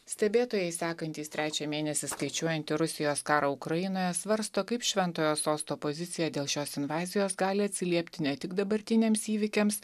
stebėtojai sekantys trečią mėnesį skaičiuojantį rusijos karą ukrainoje svarsto kaip šventojo sosto pozicija dėl šios invazijos gali atsiliepti ne tik dabartiniams įvykiams